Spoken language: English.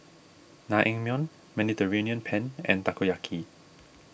Naengmyeon Mediterranean Penne and Takoyaki